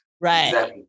Right